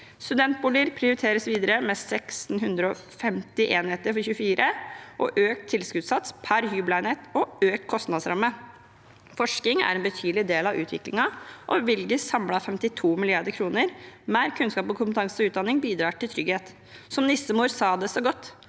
Studentboliger prioriteres videre med 1 650 enheter for 2024, og økt tilskuddssats per hybelenhet og økt kostnadsramme. Forskning er en betydelig del av utviklingen, og bevilges samlet 52 mrd. kr. Mer kunnskap, kompetanse og utdanning bidrar til trygghet. Som nissemor sa det så godt: